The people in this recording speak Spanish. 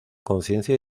conciencia